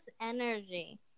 energy